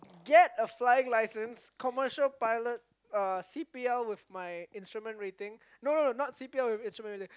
get a flying license commercial pilot uh C_P_L with my instrument rating no no no not C_P_L with instrument rating